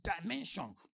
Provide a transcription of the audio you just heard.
dimension